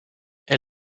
est